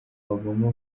bagomba